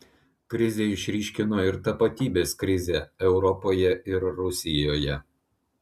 krizė išryškino ir tapatybės krizę europoje ir rusijoje